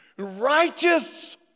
Righteous